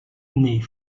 née